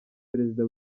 perezida